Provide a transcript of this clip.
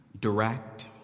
Direct